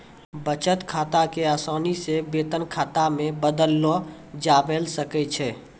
बचत खाता क असानी से वेतन खाता मे बदललो जाबैल सकै छै